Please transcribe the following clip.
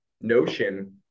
notion